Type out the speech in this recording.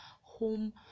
home